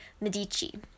Medici